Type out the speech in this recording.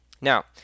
Now